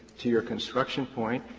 to your construction point,